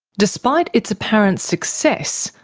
despite its apparent success,